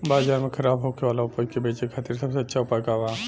बाजार में खराब होखे वाला उपज के बेचे खातिर सबसे अच्छा उपाय का बा?